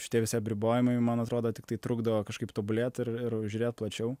šitie visi apribojimai man atrodo tiktai trukdo kažkaip tobulėt ir ir žiūrėt plačiau